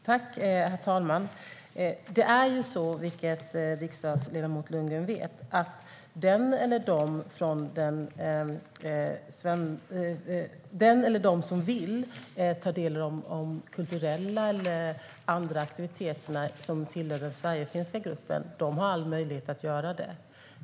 Herr talman! Det är ju så, vilket riksdagsledamot Lundgren vet, att den eller de som vill ta del av kulturella eller andra aktiviteter och som tillhör den sverigefinska gruppen har all möjlighet att göra det.